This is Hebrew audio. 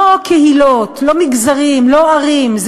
לא קהילות, לא מגזרים, לא ערים.